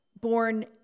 born